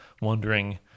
wondering